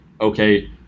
okay